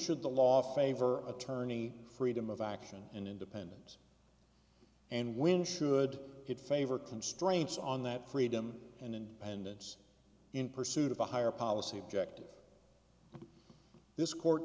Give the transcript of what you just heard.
should the law favor attorney freedom of action and independence and when should it favor constraints on that freedom and independence in pursuit of a higher policy objective this court